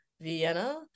Vienna